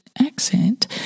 accent